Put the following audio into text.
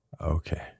Okay